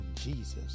Jesus